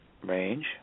range